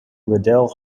liddell